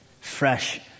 fresh